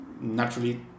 naturally